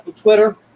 twitter